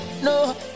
No